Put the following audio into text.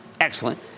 Excellent